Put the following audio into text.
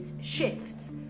shifts